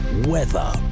weather